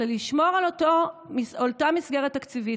אלא לשמור על אותה מסגרת תקציבית.